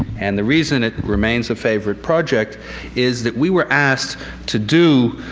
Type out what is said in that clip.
and the reason it remains a favorite project is that we were asked to do